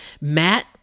matt